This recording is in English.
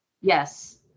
Yes